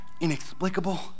inexplicable